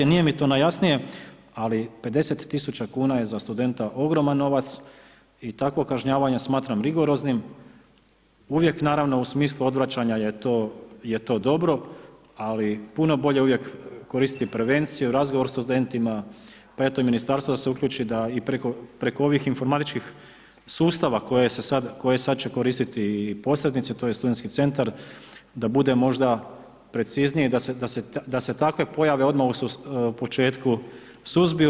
Nije mi to najjasnije, ali 50000 kn je za studenta ogroman novac i takvo kažnjavanje smatram rigoroznim, uvijek naravno u smislu odvraćanja je to dobro ali puno bolje je uvijek koristiti prevenciju, razgovor s studentima, pa eto ministarstvo da se uključi da i preko ovih informatičkih sustava, koje će sada koristiti i posrednici, tj. studentski centar, da bude možda preciznije i da se takve pojave odmah u početku suzbiju.